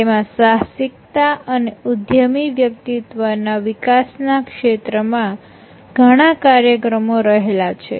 તેમાં સાહસિકતા અને ઉદ્યમી વ્યક્તિત્વના વિકાસના ક્ષેત્ર માં ઘણા કાર્યક્રમો રહેલા છે